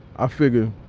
i figure,